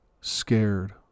scared